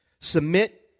submit